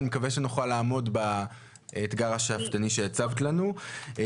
אני מקווה שנוכל לעמוד באתגר השאפתני שהצבת לנו,